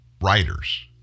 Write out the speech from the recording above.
writers